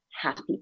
happy